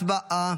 הצבעה.